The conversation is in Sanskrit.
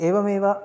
एवमेव